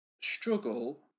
struggle